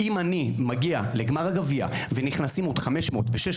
אם אני מגיע לגמר הגביע ונכנסים עוד 500 ו-700